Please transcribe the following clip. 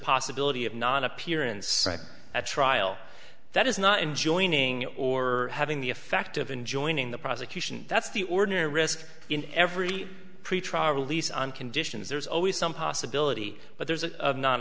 possibility of nonappearance at trial that is not in joining or having the effect of enjoining the prosecution that's the ordinary risk in every pretrial release on conditions there's always some possibility but there's a